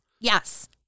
Yes